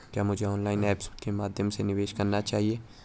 क्या मुझे online apps के माध्यम से निवेश करना चाहिए?